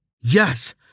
Yes